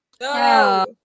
No